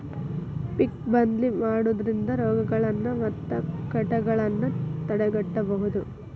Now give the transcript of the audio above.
ಪಿಕ್ ಬದ್ಲಿ ಮಾಡುದ್ರಿಂದ ರೋಗಗಳನ್ನಾ ಮತ್ತ ಕೇಟಗಳನ್ನಾ ತಡೆಗಟ್ಟಬಹುದು